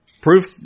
Proof